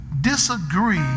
disagree